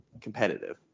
competitive